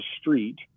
street